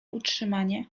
utrzymanie